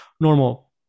normal